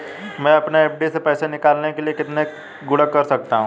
मैं अपनी एफ.डी से पैसे निकालने के लिए कितने गुणक कर सकता हूँ?